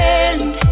end